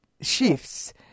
shifts